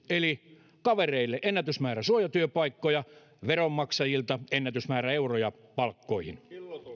eli kavereille ennätysmäärä suojatyöpaikkoja veronmaksajilta ennätysmäärä euroja palkkoihin